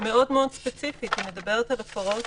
מאוד ספציפית, היא מדברת על הפרות